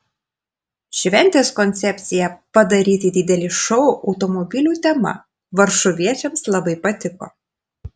šventės koncepcija padaryti didelį šou automobilių tema varšuviečiams labai patiko